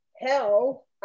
hell